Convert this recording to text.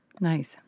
Nice